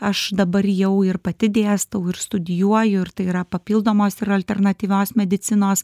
aš dabar jau ir pati dėstau ir studijuoju ir tai yra papildomos ir alternatyvios medicinos